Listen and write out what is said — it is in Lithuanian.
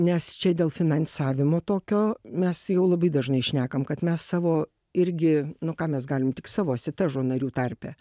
nes čia dėl finansavimo tokio mes jau labai dažnai šnekam kad mes savo irgi nu ką mes galim tik savo asitežo narių tarpe